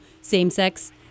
same-sex